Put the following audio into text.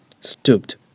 stooped